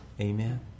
Amen